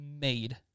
made